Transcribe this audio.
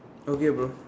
okay bro